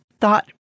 thought